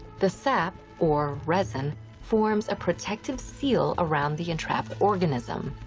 the sap or resin forms a protective seal around the entrapped organism.